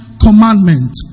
commandment